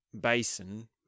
basin